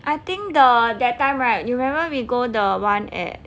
I think the that time right you remember we go the one at